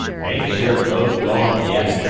hain't your folk gone yet?